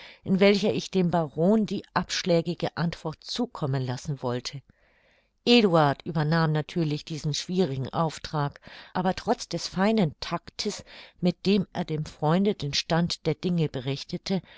in welcher ich dem baron die abschlägige antwort zukommen lassen wollte eduard übernahm natürlich diesen schwierigen auftrag aber trotz des feinen taktes mit dem er dem freunde den stand der dinge berichtete